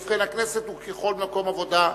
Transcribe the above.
ובכן, הכנסת היא ככל מקום עבודה.